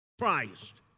Christ